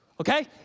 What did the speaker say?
Okay